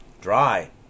dry